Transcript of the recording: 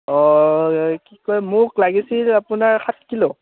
অঁ কি কয় মোক লাগিছিল আপোনাৰ সাত কিলো